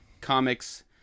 Comics